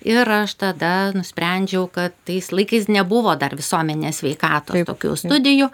ir aš tada nusprendžiau kad tais laikais nebuvo dar visuomenės sveikatos tokių studijų